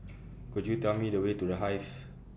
Could YOU Tell Me The Way to The Hive